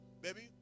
Baby